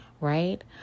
Right